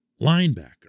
linebacker